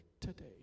today